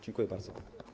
Dziękuję bardzo.